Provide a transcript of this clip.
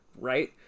Right